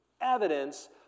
Evidence